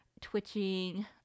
twitching